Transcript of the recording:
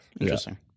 Interesting